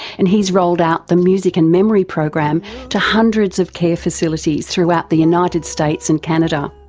and he's rolled out the music and memory program to hundreds of care facilities throughout the united states and canada.